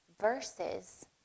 Versus